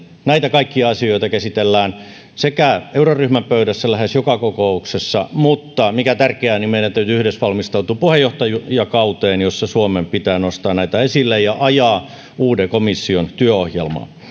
näitä kaikkia asioita käsitellään euroryhmän pöydässä lähes joka kokouksessa mutta se on tärkeää että meidän täytyy yhdessä valmistautua puheenjohtajakauteen jolloin suomen pitää nostaa näitä esille ja ajaa uuden komission työohjelmaa